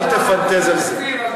אל תפנטז על זה.